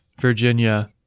virginia